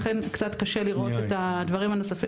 לכן קצת קשה לראות את הדברים שנאמרו,